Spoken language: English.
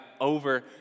over